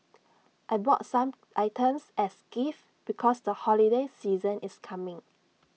I bought some items as gifts because the holiday season is coming